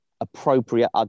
appropriate